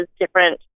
different